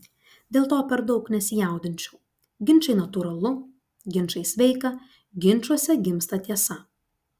dėl to per daug nesijaudinčiau ginčai natūralu ginčai sveika ginčuose gimsta tiesa